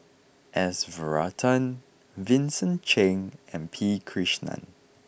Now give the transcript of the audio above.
S Varathan Vincent Cheng and P Krishnan